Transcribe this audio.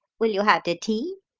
will you have the tea?